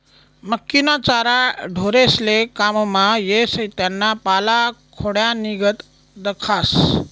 मक्कीना चारा ढोरेस्ले काममा येस त्याना पाला खोंड्यानीगत दखास